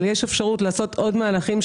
אבל יש אפשרות לעשות עוד מהלכים,